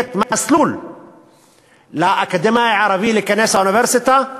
לתת לאקדמאי הערבי מסלול לכניסה לאוניברסיטה,